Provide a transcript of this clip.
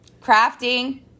Crafting